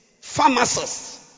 pharmacists